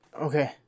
Okay